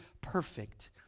perfect